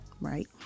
Right